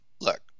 look